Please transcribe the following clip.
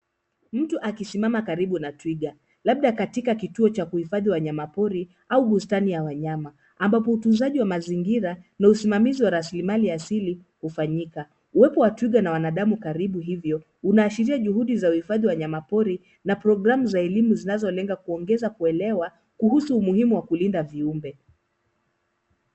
Mtu akisimama karibu na twiga, labda katika kituo cha kuhifadhi wanyamapori au bustani ya wanyama ambapo utunzaji wa mazingira na usimamizi wa rasilimali asilia hufanyika. Uwepo wa twiga na wanadamu karibu hivyo unaashiria juhudi za uhifadhi wa wanyamapori na programu za elimu zinazolenga kuongeza kuelewa kuhusu umuhimu wa kulinda viumbe.